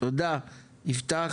תודה, יפתח.